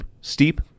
Steep